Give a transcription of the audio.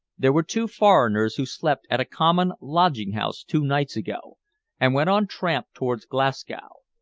there were two foreigners who slept at a common lodging-house two nights ago and went on tramp towards glasgow.